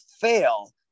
fail